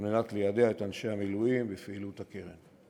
על מנת ליידע את אנשי המילואים בפעילות הקרן.